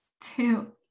two